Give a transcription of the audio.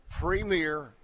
premier